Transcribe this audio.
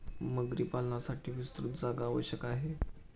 मगरी पालनासाठी विस्तृत जागा आवश्यक आहे